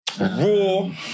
Raw